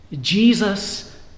Jesus